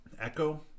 echo